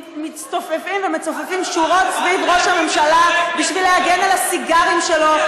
מצטופפים ומצופפים שורות סביב ראש הממשלה בשביל להגן על הסיגרים שלו,